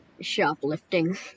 Shoplifting